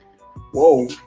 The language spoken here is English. whoa